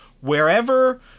wherever